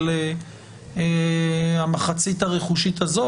של המחצית הרכושית הזאת.